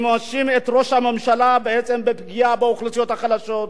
אני מאשים את ראש הממשלה בפגיעה באוכלוסיות החלשות,